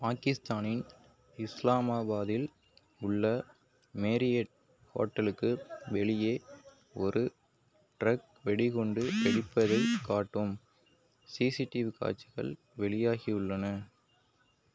பாகிஸ்தானின் இஸ்லாமாபாத்தில் உள்ள மேரியட் ஹோட்டலுக்கு வெளியே ஒரு டிரக் வெடிகுண்டு வெடிப்பதைக் காட்டும் சிசிடிவி காட்சிகள் வெளியாகியுள்ளன